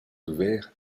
ouvert